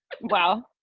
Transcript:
Wow